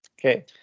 Okay